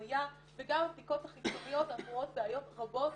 התוויה וגם הבדיקות החיצוניות --- בעיות רבות